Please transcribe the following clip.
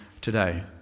today